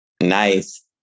nice